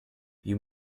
you